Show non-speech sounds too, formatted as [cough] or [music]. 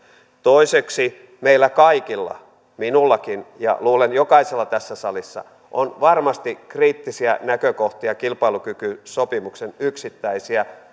toiseksi meillä kaikilla minullakin ja luulen että jokaisella tässä salissa on varmasti kriittisiä näkökohtia kilpailukykysopimuksen yksittäisiä [unintelligible]